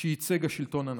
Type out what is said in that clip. שייצג השלטון הנאצי.